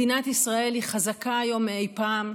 מדינת ישראל חזקה היום מאי פעם,